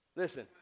Listen